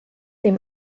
dem